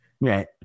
Right